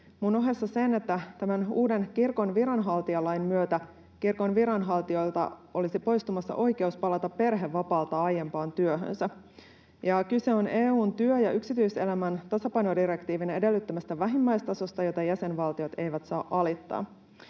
muun ohessa sen, että tämän uuden kirkon viranhaltijalain myötä kirkon viranhaltijoilta olisi poistumassa oikeus palata perhevapaalta aiempaan työhönsä, ja kyse on EU:n työ- ja yksityiselämän tasapainodirektiivin edellyttämästä vähimmäistasosta, jota jäsenvaltiot eivät saa alittaa.